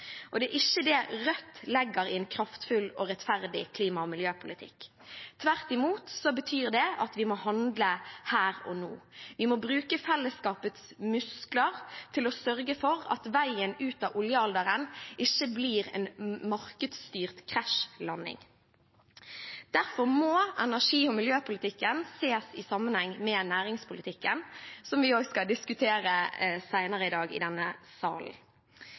helst. Det er ikke det Rødt legger i en kraftfull og rettferdig klima- og miljøpolitikk. Tvert imot betyr det at vi må handle her og nå. Vi må bruke fellesskapets muskler til å sørge for at veien ut av oljealderen ikke blir en markedsstyrt krasjlanding. Derfor må energi- og miljøpolitikken ses i sammenheng med næringspolitikken, som vi også skal diskutere senere i dag i denne salen.